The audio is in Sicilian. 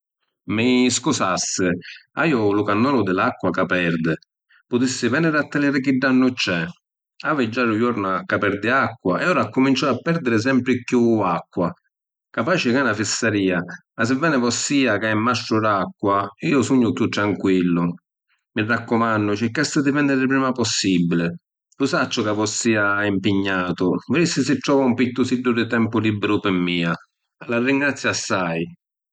Mi scusassi, haiu lu cannolu di l’acqua ca perdi. Putissi veniri a taliàri chi dannu c’è? Havi già dui jorna ca perdi acqua e ora accuminciò a perdiri sempri chiù acqua. Capaci ca è na fissarìa, ma si veni vossìa, ca è mastru d’acqua, iu sugnu chiù tranquillu. Mi raccumannu circassi di veniri prima possibili, lu sacciu ca vossìa è ‘mpignatu, vidissi si trova un pirtusiddu di tempu libberu pi mia. La ringrazziu assai.